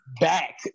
back